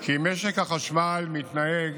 כי משק החשמל מתנהג